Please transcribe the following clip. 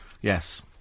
Yes